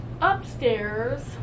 upstairs